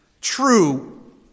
true